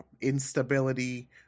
instability